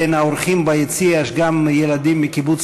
בין האורחים ביציע יש גם ילדים מקיבוץ